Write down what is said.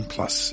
Plus